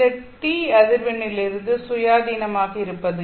இந்த τ அதிர்வெண்ணிலிருந்து சுயாதீனமாக இருப்பது